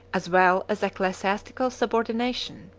as well as ecclesiastical, subordination.